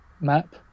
map